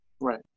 Right